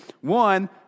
One